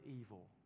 evil